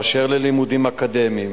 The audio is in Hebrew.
באשר ללימודים אקדמיים,